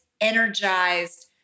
energized